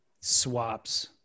swaps